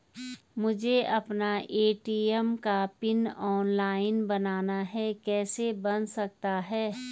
मुझे अपना ए.टी.एम का पिन ऑनलाइन बनाना है कैसे बन सकता है?